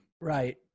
Right